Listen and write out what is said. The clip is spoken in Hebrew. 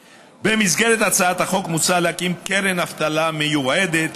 במסגרת הצעת החוק מוצע להקים קרן אבטלה מיועדת,